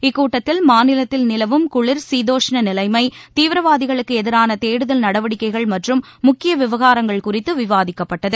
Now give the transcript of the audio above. இக்கூட்டத்தில் மாநிலத்தில் நிலவும் குளிர் சீதோஷ்ண நிலைமை தீவிரவாதிகளுக்கு எதிரான தேடுதல் நடவடிக்கைகள் மற்றும் முக்கிய விவகாரங்கள் குறித்து விவாதிக்கப்பட்டது